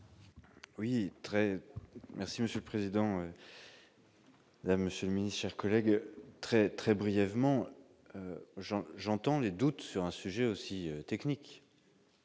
très merci monsieur le président, Mesdames ce ministe, chers collègues, très très brièvement, j'entends les doutes sur un sujet aussi techniques,